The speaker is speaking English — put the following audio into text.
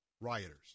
rioters